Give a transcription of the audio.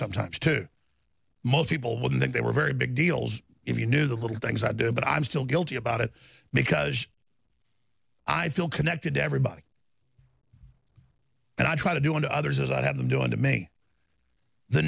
sometimes to most people wouldn't think they were very big deals if you knew the little things i do but i'm still guilty about it because i feel connected to everybody and i try to do unto others as i'd have them doing to me the